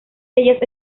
ellas